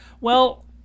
Well-